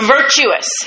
Virtuous